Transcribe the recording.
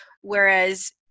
whereas